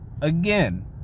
Again